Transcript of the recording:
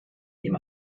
ihm